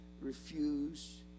refuse